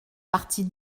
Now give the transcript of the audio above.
partie